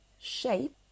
shape